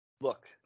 look